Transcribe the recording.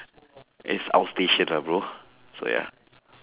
it's outstation lah bro so ya